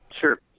Sure